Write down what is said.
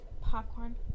popcorn